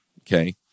okay